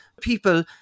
people